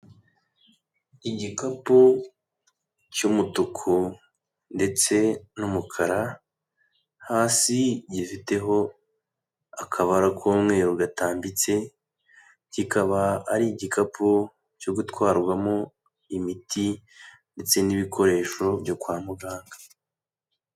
Igikapu cy'umutuku ndetse n'umukara, hasi gifiteho akabara k'umweru gatambitse, kikaba ari igikapu cyo gutwarwamo imiti ndetse n'ibikoresho byo kwa muganga.